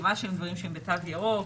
רשימה של דברים שהם בתו ירוק,